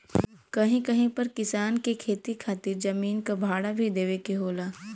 कहीं कहीं पर किसान के खेती खातिर जमीन क भाड़ा भी देवे के होला